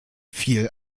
viel